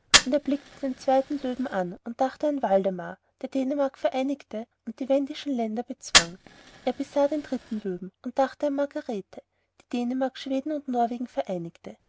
er blickte den zweiten löwen an und er dachte an waldemar der dänemark vereinigte und die wendischen länder bezwang er besah den dritten löwen und dachte an margarethe die dänemark schweden und norwegen vereinigte